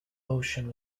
ocean